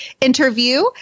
interview